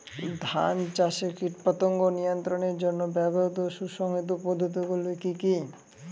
ধান চাষে কীটপতঙ্গ নিয়ন্ত্রণের জন্য ব্যবহৃত সুসংহত পদ্ধতিগুলি কি কি?